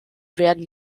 werden